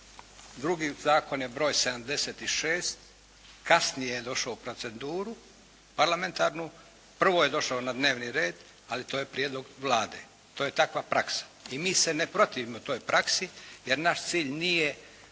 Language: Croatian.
Drugi zakon je broj 76, kasnije je došao u proceduru parlamentarnu, prvo je došao na dnevni red, ali to je prijedlog Vlade. To je takva praksa. I mi se ne protivimo toj praksi jer naš cilj nije